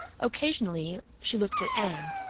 occasionally she looked at anne,